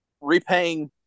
repaying